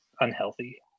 unhealthy